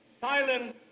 silence